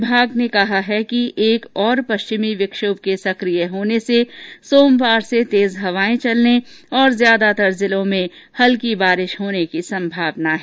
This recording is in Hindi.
विभाग ने कहा है कि एक ओर पश्चिमी विक्षोभ के सकीय होने से सामवार से तेज हवाएं चलने और ज्यादातर जिलों में हल्की बारिश होने की संभावना है